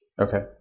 Okay